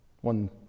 One